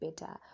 better